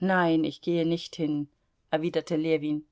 nein ich gehe nicht hin erwiderte ljewin